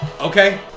Okay